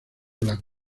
blanco